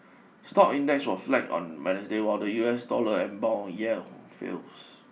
stock index was flat on Wednesday while the U S dollar and bond yell fills